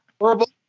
horrible